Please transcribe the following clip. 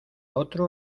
otro